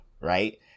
right